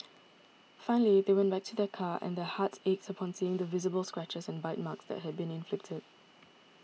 finally they went back to their car and their hearts ached upon seeing the visible scratches and bite marks that had been inflicted